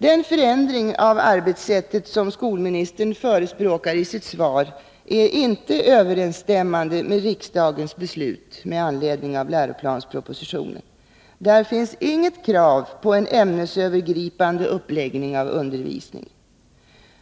Den förändring av arbetssättet som skolministern förespråkar i sitt svar är inte överensstämmande med riksdagens beslut med anledning av läroplanspropositionen. Där finns inget krav på en ämnesövergripande uppläggning av undervisningen.